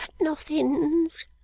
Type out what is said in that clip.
nothing's